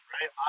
right